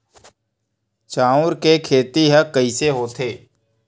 चांउर के खेती ह कइसे होथे?